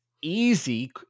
easy